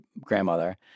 grandmother